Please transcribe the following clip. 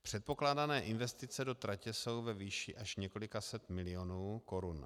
Předpokládané investice do tratě jsou ve výši až několika set milionů korun.